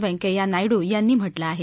व्यंकय्या नायडू यांनी म्हटलं आहे